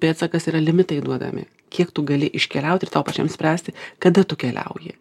pėdsakas yra limitai duodami kiek tu gali iškeliaut ir tau pačiam spręsti kada tu keliauji